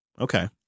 Okay